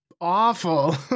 awful